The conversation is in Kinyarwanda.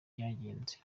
ryagenze